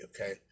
okay